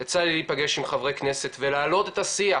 יצא לי להיפגש עם חברי כנסת ולהעלות את השיח